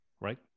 right